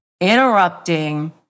interrupting